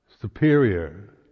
superior